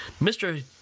Mr